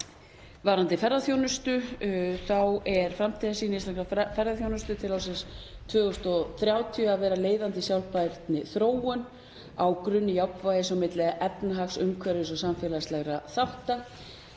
Varðandi ferðaþjónustu þá er framtíðarsýn íslenskrar ferðaþjónustu til ársins 2030 að vera leiðandi í sjálfbærri þróun á grunni jafnvægis milli efnahagsumhverfis og samfélagslegra þátta.